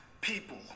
people